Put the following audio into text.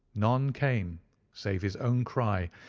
none came save his own cry,